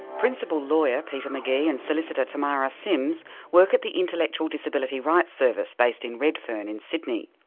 principal lawyer, peter mcgee, and solicitor tamara sims work at the intellectual disability rights service, based in redfern in sydney.